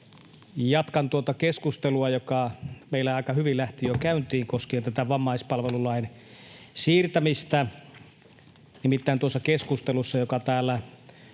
Jatkan tuota keskustelua, joka meillä aika hyvin lähti jo käyntiin koskien tätä vammaispalvelulain siirtämistä. Nimittäin tuossa keskustelussa, joka täällä